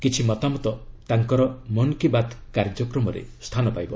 କିଛି ମତାମତ ତାଙ୍କର ମନ୍ କୀ ବାତ୍ କାର୍ଯ୍ୟକ୍ରମରେ ସ୍ଥାନ ପାଇବ